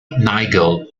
nigel